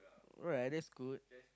alright that's good